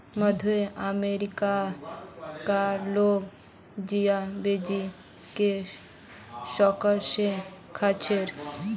मध्य अमेरिका कार लोग जिया बीज के शौक से खार्चे